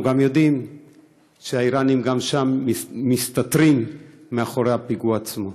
אנחנו גם יודעים שהאיראנים גם שם מסתתרים מאחורי הפיגוע עצמו.